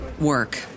work